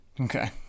Okay